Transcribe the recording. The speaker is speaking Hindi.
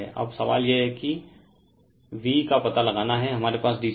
अब सवाल यह है कि refer time 3347 v refer time 33 48 का पता लगाना है